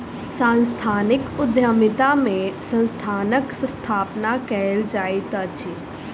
सांस्थानिक उद्यमिता में संस्थानक स्थापना कयल जाइत अछि